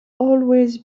always